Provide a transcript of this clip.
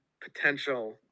potential